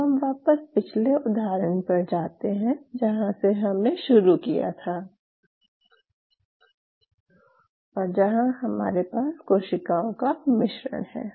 अब हम वापस पिछले उदाहरण पर जाते हैं जहाँ से हमने शुरू किया था और जहाँ हमारे पास कोशिकाओं का मिश्रण है